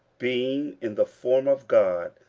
being in the form of god,